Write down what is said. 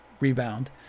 Rebound